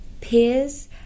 peers